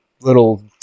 little